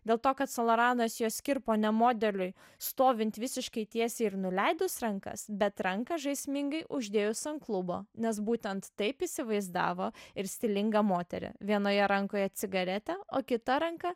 dėl to kad san loranas juos kirpo ne modeliui stovint visiškai tiesiai ir nuleidus rankas bet ranką žaismingai uždėjus ant klubo nes būtent taip įsivaizdavo ir stilingą moterį vienoje rankoje cigaretė o kita ranka